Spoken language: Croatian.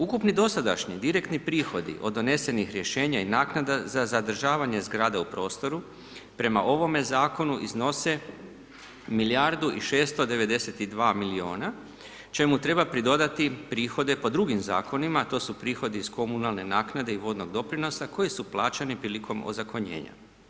Ukupni dosadašnji direktni prihodi od donesenih rješenja i naknada za zadržavanje zgrada u prostoru prema ovome zakonu iznose milijardu i 692 milijuna čemu treba pridodati prihode po drugim zakonima a to su prihodi iz komunalne naknade i vodnog doprinosa koji su plaćani prilikom ozakonjenja.